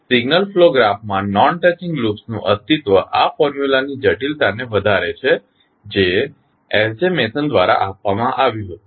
signal flow ગ્રાફમાં non touching loops નું અસ્તિત્વ આ ફોર્મ્યુલાની જટિલતાને વધારે છે જે એસ જે મેસન દ્વારા આપવામાં આવ્યું હતું